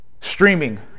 streaming